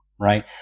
right